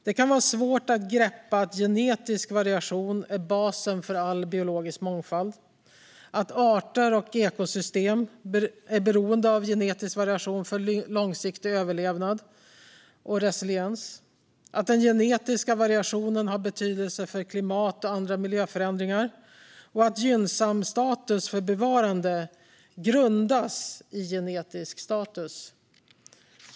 Det kan vara svårt att greppa att genetisk variation är basen för all biologisk mångfald, att arter och ekosystem är beroende av genetisk variation för långsiktig överlevnad och resiliens. Den genetiska variationen har betydelse för klimat och andra miljöförändringar, och gynnsam status för bevarande grundas i genetisk status.